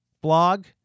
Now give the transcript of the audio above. blog